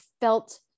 felt